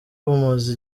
bumaze